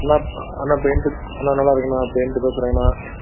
அண்ணா அண்ணா பெயிண்டர் அண்ணா நல்லாருக்கேண்ணா பெயிண்டர் பேசுகிறேங்கண்ணா